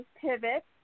pivot